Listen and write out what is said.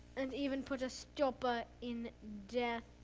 and even put a stopper in death.